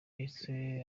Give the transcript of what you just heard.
yahise